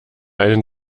einen